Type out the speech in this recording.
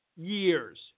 years